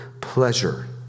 pleasure